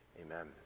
amen